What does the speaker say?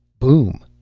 boom!